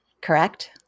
Correct